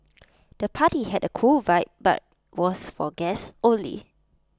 the party had A cool vibe but was for guests only